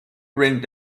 ring